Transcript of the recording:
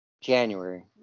january